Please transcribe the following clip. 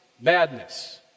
madness